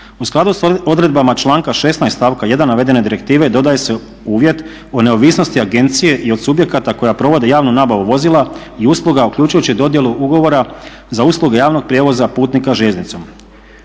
U skladu s odredbama članka 16.stavka1.navedene direktive dodaje se uvjet o neovisnosti agencije i od subjekata koja provode javnu nabavu vozila i usluga uključujući dodjelu ugovora za usluge javnog prijevoza putnika željeznicom.